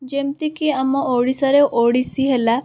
ଯେମିତିକି ଆମ ଓଡ଼ିଶାରେ ଓଡ଼ିଶୀ ହେଲା